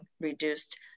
reduced